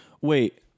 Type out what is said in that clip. Wait